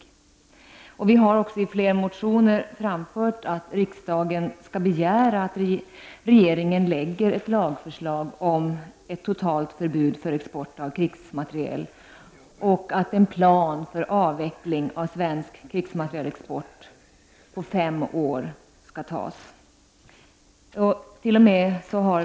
Vi har i flera motioner framfört att riksdagen skall begära att regeringen lägger fram ett lagförslag om totalförbud mot export av krigsmateriel och att en plan för avveckling av svensk krigsmaterielexport på fem år skall beslutas.